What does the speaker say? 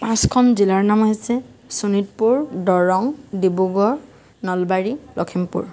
পাঁচখন জিলাৰ নাম হৈছে শোণিতপুৰ দৰং ডিব্ৰুগড় নলবাৰী লখিমপুৰ